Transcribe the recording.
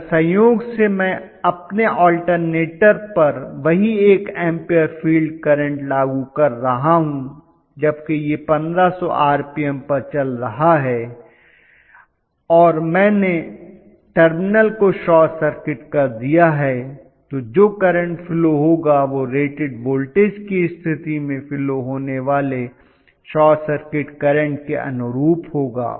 अगर संयोग से मैं अपने अल्टरनेटर पर वही 1 एम्पीयर फील्ड करंट लागू कर रहा हूं जबकि यह 1500 आरपीएम पर चल रहा है और मैंने टर्मिनल को शॉर्ट कर दिया है तो जो करंट फ्लो होगा वह रेटेड वोल्टेज की स्थिति में फ्लो होने वाले शॉर्ट सर्किट करंट के अनुरूप होगा